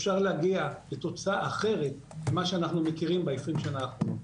אפשר להגיע לתוצאה אחרת ממה שאנחנו מכירים ב-20 שנה האחרונות.